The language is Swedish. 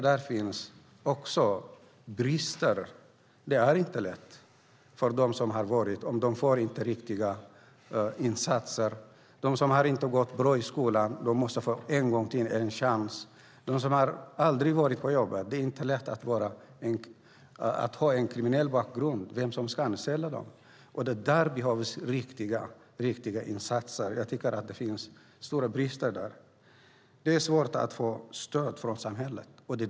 Där finns det också brister. Det är inte lätt om de inte får hjälp. De som inte har lyckats bra i skolan måste få en chans till. För dem som aldrig har haft ett arbete är det inte lätt att ha en kriminell bakgrund. Vem ska anställa dem? Jag tycker att det är brist på insatser på det området. Det är svårt att få stöd från samhället.